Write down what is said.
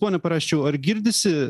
pone paraščiau ar girdisi